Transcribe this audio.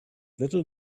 little